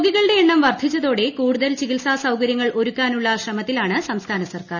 രോഗികളുടെ എണ്ണം വർദ്ധിച്ചതോടെ കൂടുതൽ ചികിത്സാ സൌകര്യങ്ങൾ ഒരുക്കാനുള്ള ശ്രമത്തിലാണ് സംസ്ഥാന സർക്കാർ